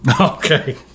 Okay